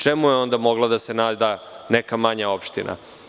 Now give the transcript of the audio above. Čemu je onda mogla da se nada neka manja opština?